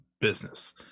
business